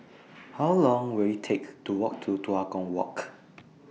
How Long Will IT Take to Walk to Tua Kong Walk